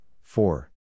four